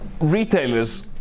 retailers